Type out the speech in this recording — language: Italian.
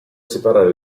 separare